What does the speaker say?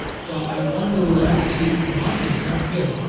so i want to actually mark is not here,